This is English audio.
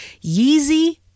Yeezy